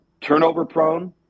turnover-prone